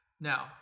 Now